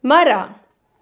ಮರ